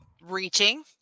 reaching